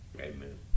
Amen